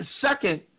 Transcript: Second